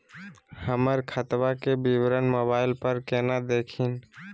हमर खतवा के विवरण मोबाईल पर केना देखिन?